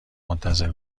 منتظر